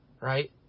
right